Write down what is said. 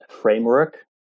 framework